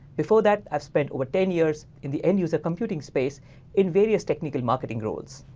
before that, i've spent over ten years in the end user computing space in various technical marketing roles.